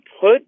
put